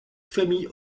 famille